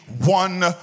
one